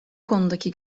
konudaki